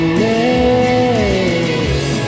name